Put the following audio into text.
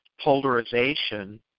polarization